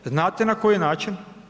Znate na koji način?